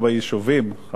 חבר הכנסת אורבך,